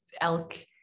elk